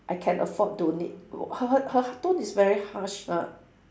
I can afford don't need her her her tone is very harsh lah